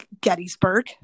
Gettysburg